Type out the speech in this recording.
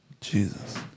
Jesus